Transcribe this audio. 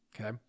okay